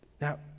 Now